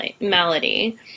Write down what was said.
melody